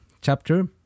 chapter